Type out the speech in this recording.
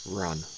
run